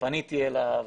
פניתי אליו,